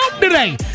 today